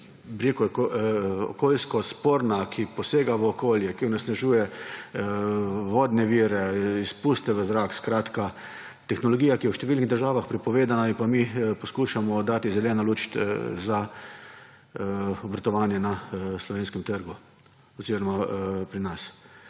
rekel, okoljsko sporna, ki posega v okolje, ki onesnažuje vodne vire, izpuste v zrak, skratka, tehnologija, ki je v številnih državah prepovedana, ji pa mi poskušamo dati zeleno luč za obratovanje na slovenskem trgu **19.